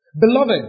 Beloved